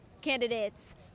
candidates